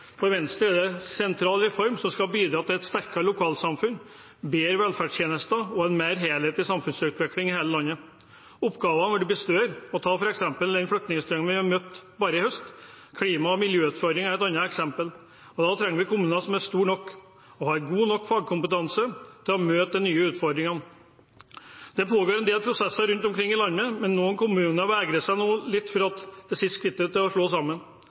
For Venstre er det en sentral reform som skal bidra til et sterkere lokalsamfunn, bedre velferdstjenester og en mer helhetlig samfunnsutvikling i hele landet. Oppgavene kommer til å bli større. Ta f.eks. flyktningstrømmen vi har møtt bare i høst. Klima- og miljøutfordringer er et annet eksempel. Da trenger vi kommuner som er store nok og har god nok fagkompetanse til å møte de nye utfordringene. Det pågår en del prosesser rundt omkring i landet, men noen kommuner vegrer seg nå litt for å ta skrittet til å slå seg sammen.